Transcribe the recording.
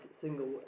single